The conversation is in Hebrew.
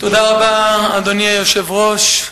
אדוני היושב-ראש,